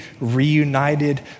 reunited